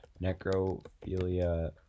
Necrophilia